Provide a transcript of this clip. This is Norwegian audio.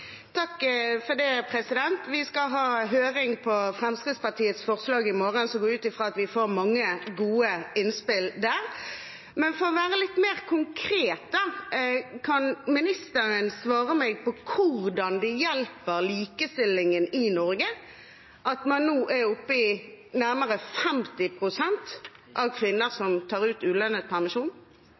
Vi skal ha høring på Fremskrittspartiets forslag i morgen, så jeg går ut fra at vi får mange gode innspill der. For å være litt mer konkret: Kan ministeren svare meg på hvordan det hjelper likestillingen i Norge at man nå er oppe i nærmere 50 pst. kvinner som tar ut ulønnet permisjon?